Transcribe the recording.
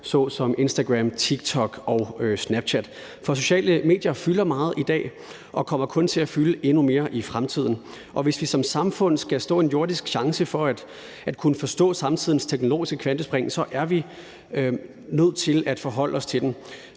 såsom Instagram, TikTok og Snapchat. For sociale medier fylder meget i dag og kommer kun til at fylde endnu mere i fremtiden, og hvis vi som samfund skal have en jordisk chance for at kunne forstå samtidens teknologiske kvantespring, er vi nødt til at forholde os til det.